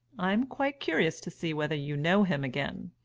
i'm quite curious to see whether you know him again.